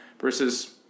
versus